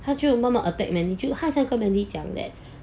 他只有妈妈 attack mandy 他有跟 mandy 讲 that